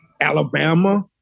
Alabama